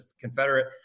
Confederate